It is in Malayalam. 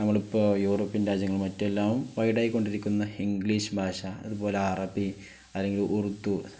നമ്മൾ ഇപ്പോൾ യൂറോപ്പിയൻ രാജ്യങ്ങൾ മറ്റെല്ലാവും വൈഡായിക്കൊണ്ടിരിക്കുന്ന ഇംഗ്ലീഷ് ഭാഷ അതുപോലെ അറബി അല്ലെങ്കിൽ ഉറുദു